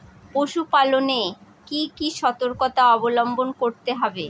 পশুপালন এ কি কি সর্তকতা অবলম্বন করতে হবে?